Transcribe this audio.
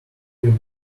you